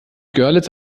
görlitz